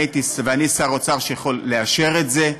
ואני שר אוצר שיכול לאשר את זה.